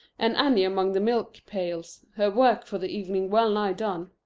and annie among the milk-pails, her work for the evening well nigh done.